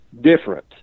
different